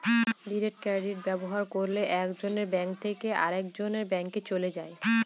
direct credit ব্যবহার করলে এক জনের ব্যাঙ্ক থেকে আরেকজনের ব্যাঙ্কে চলে যায়